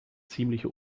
ziemliche